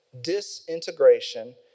disintegration